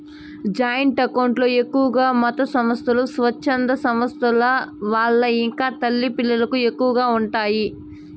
joint account లో ఎక్కువగా మతసంస్థలు, స్వచ్ఛంద సంస్థల వాళ్ళు ఇంకా తల్లి పిల్లలకు ఎక్కువగా ఉంటాయి